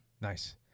Nice